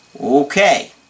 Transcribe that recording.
Okay